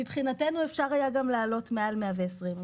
מבחינתנו אפשר היה גם להעלות מעל 120 ימים.